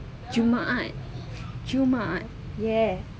jumaat jumaat !yay!